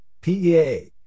PEA